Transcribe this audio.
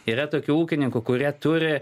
yra tokių ūkininkų kurie turi